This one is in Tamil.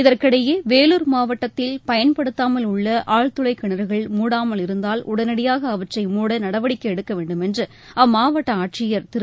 இதற்கிடையே வேலூர் மாவட்டத்தில் பயன்படுத்தாமல் உள்ள ஆழ்துளைக்கிணறுகள் மூடாமல் இருந்தால் உடனடியாக அவற்றை மூட நடவடிக்கை எடுக்க வேண்டும் என்று அம்மாவட்ட ஆட்சியர் திரு